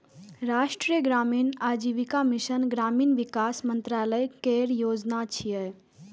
राष्ट्रीय ग्रामीण आजीविका मिशन ग्रामीण विकास मंत्रालय केर योजना छियै